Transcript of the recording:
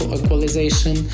equalization